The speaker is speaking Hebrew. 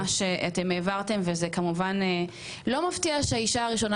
ומה שאתם העברתם וזה כמובן לא מפתיעה שהאישה הראשונה